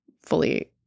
fully